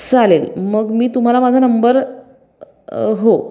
चालेल मग मी तुम्हाला माझा नंबर हो